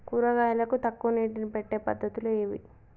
కూరగాయలకు తక్కువ నీటిని పెట్టే పద్దతులు ఏవి?